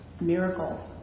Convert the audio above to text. miracle